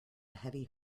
heavy